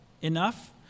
enough